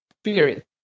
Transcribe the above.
spirit